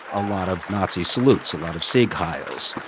a lot of nazi salutes, a lot of sieg heils.